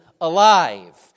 alive